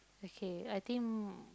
okay I think